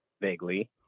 vaguely